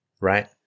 Right